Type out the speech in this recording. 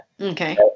Okay